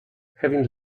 having